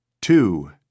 two